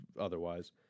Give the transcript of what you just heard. otherwise